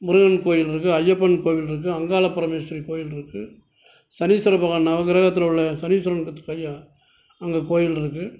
முருகன் கோவில் இருக்குது ஐயப்பன் கோவில் இருக்குது அங்காளபரமேஷ்வரி கோவில் இருக்குது சனீஸ்வர பகவான் நவகிரகத்தில் உள்ள சனீஸ்வரன் அங்கே கோவில் இருக்குது